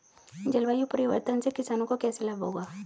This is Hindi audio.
जलवायु परिवर्तन से किसानों को कैसे लाभ होगा?